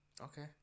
Okay